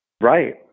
Right